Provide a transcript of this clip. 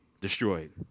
destroyed